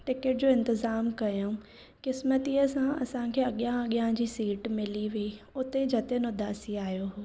ticket जो इंतज़ामु कयऊं क़िस्मतीअ सां असांखे अॻियां अॻियां जी सीट मिली हुई उते जतिन उदासी आयो हो